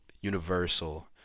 universal